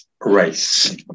race